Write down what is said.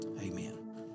amen